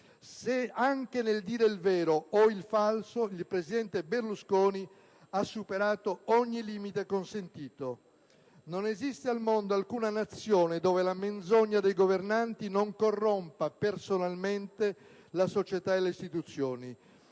Anche nel dire il vero o il falso il presidente Berlusconi ha superato ogni limite consentito. Non esiste al mondo alcuna Nazione dove la menzogna dei governanti non corrompa pericolosamente la società e le istituzioni.